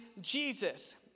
Jesus